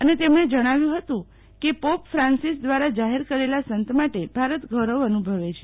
અને તેમણે જણાવ્યું હતું કે પોપ ફાન્સિસ દ્વારા જાહેર કરેલા સંત માટે ભારત ગૌરવ અનુભવે છે